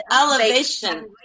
elevation